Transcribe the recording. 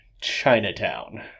Chinatown